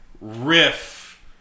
riff